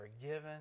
forgiven